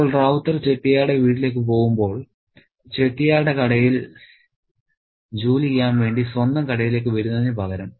ഇപ്പോൾ റൌത്തർ ചെട്ടിയാരുടെ വീട്ടിലേക്ക് പോകുമ്പോൾ ചെട്ടിയാരുടെ കടയിൽ ജോലി ചെയ്യാൻ വേണ്ടി സ്വന്തം കടയിലേക്ക് വരുന്നതിനുപകരം